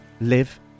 live